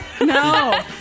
No